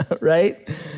Right